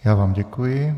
Já vám děkuji.